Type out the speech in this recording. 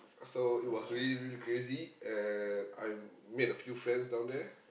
so it was really really crazy and I made a few friends down there